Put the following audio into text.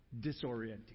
disorienting